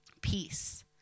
Peace